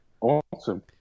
Awesome